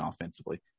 offensively